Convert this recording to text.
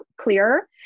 clearer